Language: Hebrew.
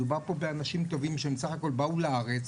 מדובר פה באנשים טובים שבסך הכל באו לארץ,